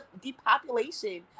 depopulation